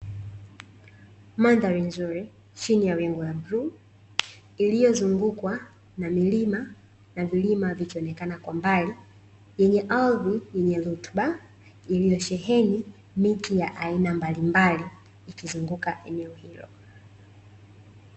Mandhari nzuri chini ya wingu la bluu, iliyozungukwa na milima na vilima vikionekana kwa mbali, yenye ardhi yenye rutuba iliyosheheni miti ya aina mbalimbali ikizunguka eneo hilo.